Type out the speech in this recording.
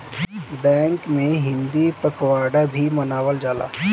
bank में हिंदी पखवाड़ा भी मनावल जाला